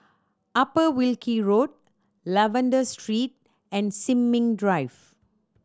Upper Wilkie Road Lavender Street and Sin Ming Drive